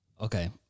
Okay